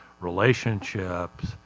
relationships